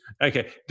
Okay